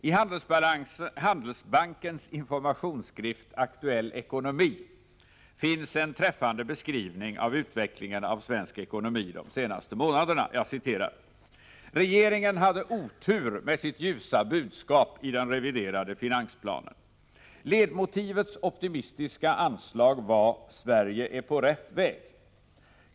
I Handelsbankens informationsskrift Aktuell ekonomi finns en träffande beskrivning av utvecklingen av svensk ekonomi de senaste månaderna: ”Regeringen hade otur med sitt ljusa budskap i den reviderade finansplanen. Ledmotivets optimistiska anslag var: ”Sverige är på rätt väg”.